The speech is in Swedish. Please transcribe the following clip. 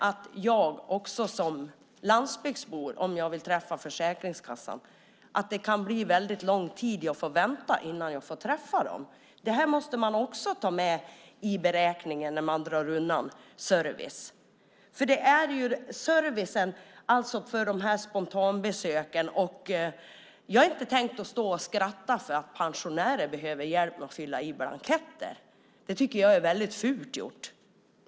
Om jag som landsbygdsbo vill träffa en handläggare på Försäkringskassan är risken stor att jag får vänta länge innan jag får träffa någon. Det måste man också ta med i beräkningen när man drar undan servicen. Det handlar om service i form av spontanbesök, och jag tänker inte stå här och skratta åt pensionärer som behöver hjälp med att fylla i blanketter. Det tyckte jag var fult gjort.